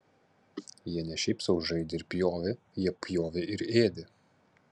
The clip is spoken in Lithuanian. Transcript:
jie ne šiaip sau žaidė ir pjovė jie pjovė ir ėdė